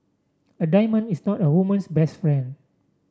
a diamond is not a woman's best friend